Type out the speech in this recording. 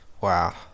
Wow